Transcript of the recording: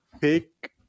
pick